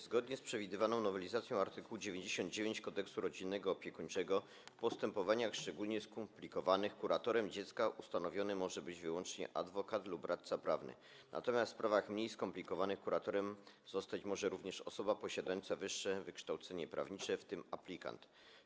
Zgodnie z przewidywaną nowelizacją art. 99 Kodeksu rodzinnego i opiekuńczego w postępowaniach szczególnie skomplikowanych kuratorem dziecka ustanowiony może być wyłącznie adwokat lub radca prawny, natomiast w sprawach mniej skomplikowanych kuratorem zostać może również osoba posiadająca wyższe wykształcenie prawnicze, w tym aplikant.